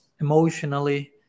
emotionally